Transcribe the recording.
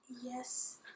Yes